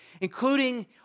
including